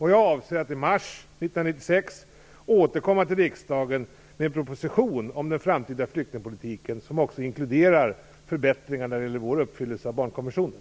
Jag avser att i mars 1996 återkomma till riksdagen med en proposition om den framtida flyktingpolitiken som också inkluderar förbättringar när det gäller vår uppfyllelse av barnkonventionen.